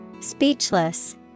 Speechless